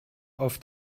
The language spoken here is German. auf